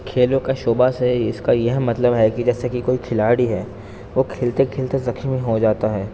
کھیلوں کا شعبہ سے اس کا یہ مطلب ہے کہ جیسے کہ کوئی کھلاڑی ہے وہ کھیلتے کھیلتے زخمی ہو جاتا ہے